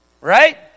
right